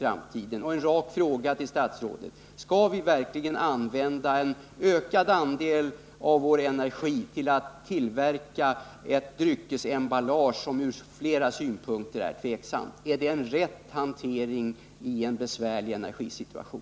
Jag vill ställa en rak fråga till statsrådet: Skall vi verkligen använda en ökad andel av vår energi till att tillverka ett dryckesemballage som ur flera synpunkter är tvivelaktigt? Är det en riktig hantering i en besvärlig energisituation?